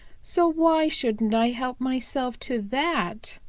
so why shouldn't i help myself to that?